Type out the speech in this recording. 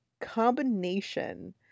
combination